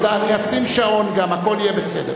אני אשים שעון גם, הכול יהיה בסדר.